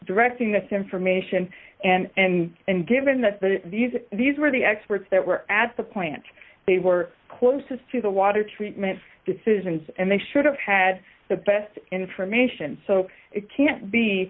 directing this information and and and given that that these these were the experts that were at the point they were closest to the water treatment decisions and they should have had the best information so it can't be